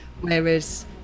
whereas